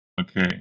Okay